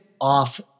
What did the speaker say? off